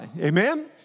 Amen